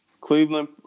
Cleveland